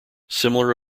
similar